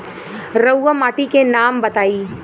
रहुआ माटी के नाम बताई?